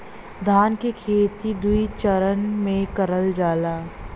धान के खेती दुई चरन मे करल जाला